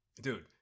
dude